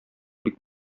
бик